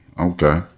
Okay